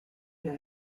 der